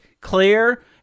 clear